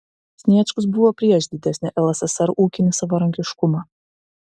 sniečkus buvo prieš didesnį lssr ūkinį savarankiškumą